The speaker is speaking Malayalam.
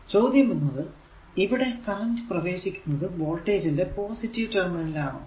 ചോദ്യം എന്നത് ഇവിടെ കറന്റ് പ്രവേശിക്കുന്നത് വോൾടേജ് ന്റെ പോസിറ്റീവ് ടെർമിനൽ ൽ ആണോ